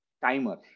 timer